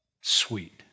sweet